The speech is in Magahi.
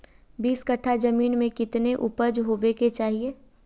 बीस कट्ठा जमीन में कितने उपज होबे के चाहिए?